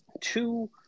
two